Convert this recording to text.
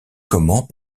comment